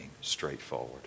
straightforward